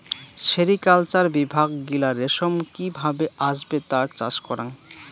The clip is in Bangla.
সেরিকালচার বিভাগ গিলা রেশম কি ভাবে আসবে তার চাষ করাং